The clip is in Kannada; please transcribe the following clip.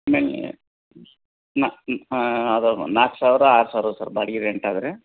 ಆಮೇಲೆ ಅದಾವ ನಾಲ್ಕು ಸಾವಿರ ಆರು ಸಾವಿರ ಸರ್ ಬಾಡ್ಗೆ ರೆಂಟ್ ಆದರೆ